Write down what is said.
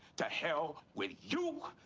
to hell with you.